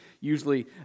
usually